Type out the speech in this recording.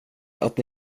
att